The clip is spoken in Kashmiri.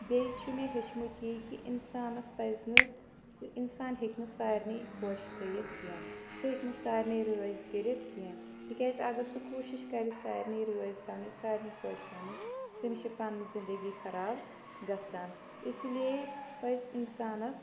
بیٚیہِ چھُ مےٚ ہیٚچھمٕتۍ یی کہِ انسانس پزِ نہٕ سُہ انسان ہٮ۪کہِ نہٕ سارنٕے خۄش تھٲیِتھ کینٛہہ سُہ ہیٚکہِ نہٕ سارنٕے رٲزۍ کٔرتھ کینٛہہ تِکیٛازِ اگر سُہ کوٗشش کرِ سارنٕے رٲزۍ تھاونٕچ سارنٕے خۄش تھاونٕچ تٔمِس چھِ پنٕنۍ زندگی خراب گژھان اسی لیے پزِ انسانس